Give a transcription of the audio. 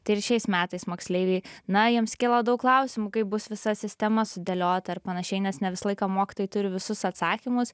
tai ir šiais metais moksleiviai na jiems kilo daug klausimų kaip bus visa sistema sudėliota ir panašiai nes ne visą laiką mokytojai turi visus atsakymus